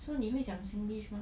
so 你会讲 singlish 吗